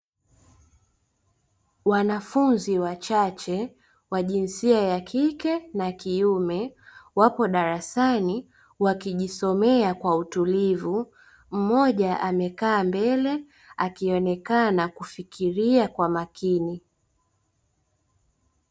Wanafunzi wachache wa jinsia ya kike na kiume wapo darasani wakijisomea kwa utulivu mmoja amekaa mbele akionekana kufikiria kwa makini.